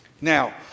Now